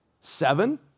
Seven